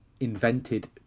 invented